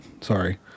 sorry